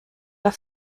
der